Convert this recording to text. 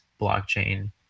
blockchain